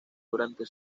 durante